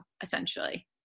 essentially